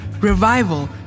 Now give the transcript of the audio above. revival